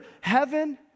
heaven